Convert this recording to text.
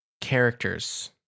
characters